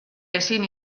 ezin